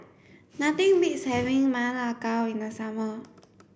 nothing beats having Ma Lai Gao in the summer